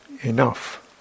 enough